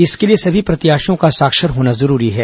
इसके लिए सभी प्रत्याशियों का साक्षर होना जरूरी है